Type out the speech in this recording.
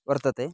वर्तते